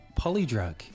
polydrug